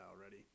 already